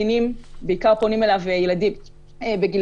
לא רק במצב של פגיעות בקטינים אלא בכלל